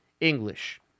English